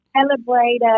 celebrate